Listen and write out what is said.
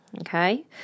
Okay